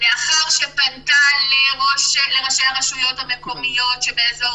לאחר שפנתה לראשי הרשויות המקומיות שבאזור